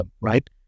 right